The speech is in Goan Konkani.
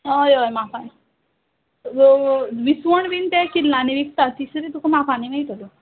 हय हय मापां विसवण बीन ते किल्लांनी विकता तिसरी तुका मापांनी मेळटल्यो